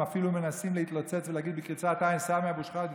הם אפילו מנסים להתלוצץ ולהגיד בקריצת עין סמי אבו שחאדה,